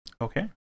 Okay